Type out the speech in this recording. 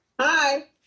Hi